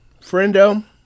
friendo